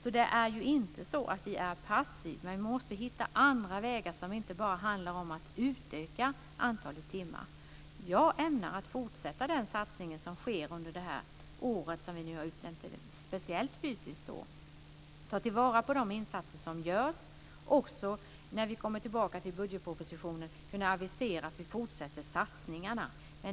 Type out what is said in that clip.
Vi är inte passiva. Men vi måste hitta andra vägar som inte bara innebär att vi utökar antalet timmar. Jag ämnar fortsätta den satsning som sker under det här året, som vi har utnämnt till ett speciellt fysiskt år. Jag vill ta till vara de insatser som görs och, när vi kommer tillbaka till budgetpropositionen, kunna avisera att vi fortsätter satsningarna.